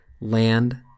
land